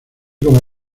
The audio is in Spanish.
como